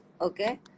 Okay